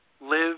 Live